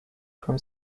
from